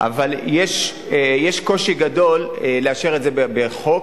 אבל יש קושי גדול לאשר את זה בחוק,